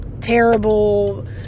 terrible